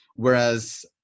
whereas